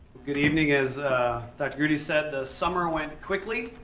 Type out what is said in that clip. good evening. as dr. groody said, the summer went quickly,